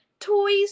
toys